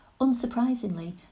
Unsurprisingly